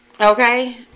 Okay